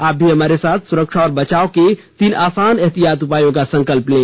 आप भी हमारे साथ सुरक्षा और बचाव के तीन आसान एहतियाती उपायों का संकल्प लें